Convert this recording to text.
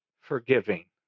forgiving